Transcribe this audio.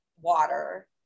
water